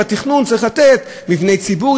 בתכנון צריך לתת יותר מבני ציבור,